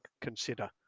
consider